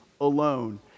alone